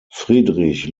friedrich